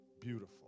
Beautiful